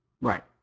right